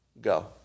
Go